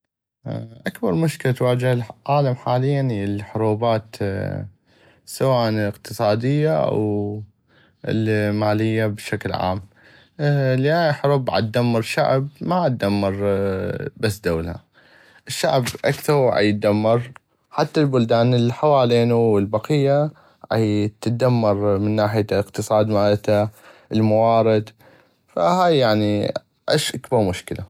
اكبغ مشكلة هيا تواجه العالم هيا الحروبات سواءً الاقتصادية او المالية بشكل عام لان هاي الحروب عدمر شعب ما عدمر بس دولة الشعب اكثغو عيدمر حتى البلدان الحوالينو والبقية عتدمر من ناحية الاقتصاد مالتا الموارد فهاي يعني اكبغ مشكلة.